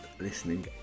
listening